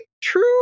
true